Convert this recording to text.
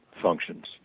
functions